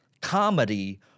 comedy